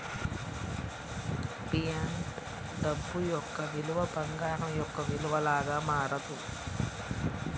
fiat డబ్బు యొక్క విలువ బంగారం యొక్క విలువ లాగా మారదు